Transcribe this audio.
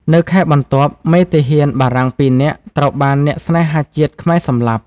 នៅខែបន្ទាប់ មេទាហានបារាំងពីរនាក់ត្រូវបានអ្នកស្នេហាជាតិខ្មែរសម្លាប់។